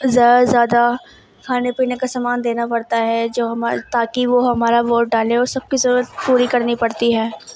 زیادہ سے زیادہ کھانے پینے کا سامان دینا پڑتا ہے جو ہمارے تاکہ وہ ہمارا ووٹ ڈالے اور سب کی ضرورت پوری کرنی پڑتی ہے